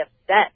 upset